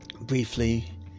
briefly